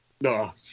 no